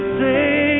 say